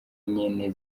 nyene